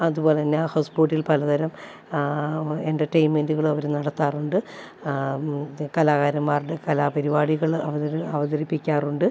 അതുപോലെ തന്നെ ഹൗസ് ബോട്ടിൽ പലതരം എൻ്റർടൈൻമെൻ്റുകളും അവർ നടത്താറുണ്ട് കലാകാരന്മാരുടെ കലാപരിപാടികൾ അവതരിപ്പിക്കാറുണ്ട്